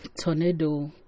tornado